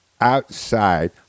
outside